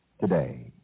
today